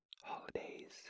holidays